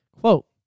Quote